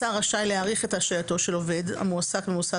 השר רשאי להאריך את השעייתו של עובד המועסק במוסד